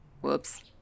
Whoops